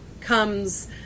comes